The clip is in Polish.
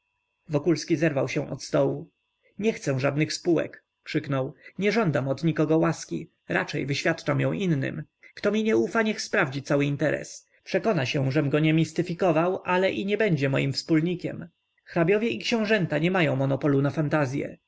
podejrzewać wokulski zerwał się od stołu nie chcę żadnych spółek krzyknął nie żądam od nikogo łaski raczej wyświadczam ją innym kto mi nie ufa niech sprawdzi cały interes przekona się żem go nie mistyfikował ale i nie będzie moim wspólnikiem hrabiowie i książęta nie mają monopolu na fantazye